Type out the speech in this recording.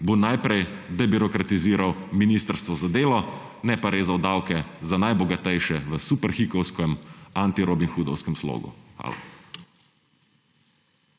bo najprej debirokratiziral Ministrstvo za delo, ne pa rezal davke za najbogatejše v superhikovskem antirobinhoodovskem slogu. Hvala.